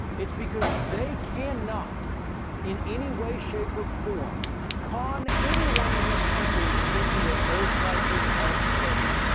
it's because they cannot in any way, shape or form con anyone in this country into thinking that those prices are fair.